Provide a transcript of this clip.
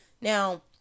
Now